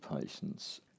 patients